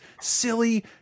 silly